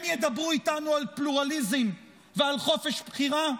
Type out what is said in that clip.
הם ידברו איתנו על פלורליזם ועל חופש בחירה?